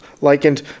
likened